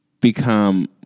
become